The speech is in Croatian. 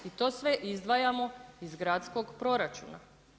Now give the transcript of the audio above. I to sve izdvajamo iz gradskog proračuna.